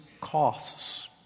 costs